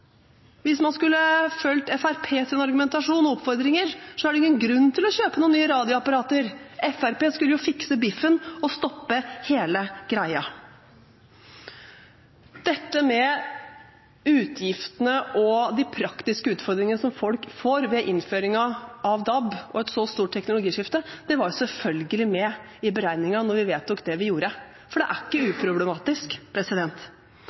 Hvis man skulle fulgt Fremskrittspartiets argumentasjon og oppfordringer, ville det ikke vært noen grunn til å kjøpe nye radioapparater. Fremskrittspartiet skulle jo fikse biffen og stoppe hele greia. Dette med utgiftene og de praktiske utfordringene som folk får ved innføringen av DAB og et så stort teknologiskifte, var selvfølgelig med i beregningen da vi vedtok det vi gjorde, for det er ikke